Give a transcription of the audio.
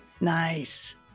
Nice